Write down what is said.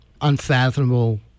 unfathomable